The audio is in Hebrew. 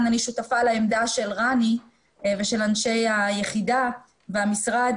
אני שותפה לעמדה של רני ושל אנשי היחידה והמשרד